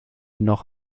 noch